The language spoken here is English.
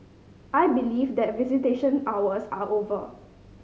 I believe that visitation hours are over